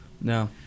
No